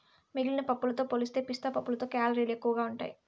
మిగిలిన పప్పులతో పోలిస్తే పిస్తా పప్పులో కేలరీలు ఎక్కువగా ఉంటాయి